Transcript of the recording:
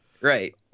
Right